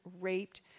raped